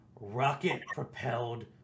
Rocket-propelled